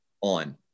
on